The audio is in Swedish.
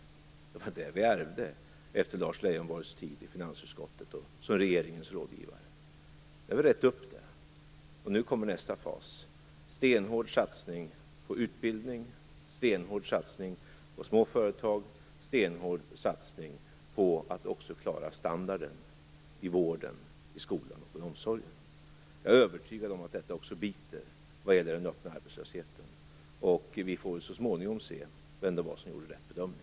Det var det vi ärvde efter Lars Leijonborgs tid i finansutskottet och som regeringens rådgivare. Nu har vi rett upp det. Nu kommer nästa fas: stenhård satsning på utbildning, stenhård satsning på små företag, stenhård satsning på att också klara standarden i vården, i skolan och i omsorgen. Jag är övertygad om att detta också biter vad gäller den öppna arbetslösheten. Vi får så småningom se vem det var som gjorde rätt bedömning.